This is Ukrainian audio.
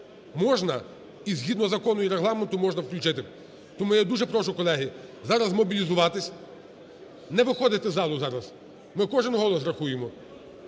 можна і згідно закону і Регламенту можна включити. Тому я дуже прошу, колеги, зараззмобілізуватись, не виходити з залу зараз, ми кожен голос рахуємо,